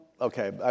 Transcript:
Okay